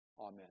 Amen